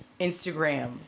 Instagram